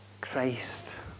Christ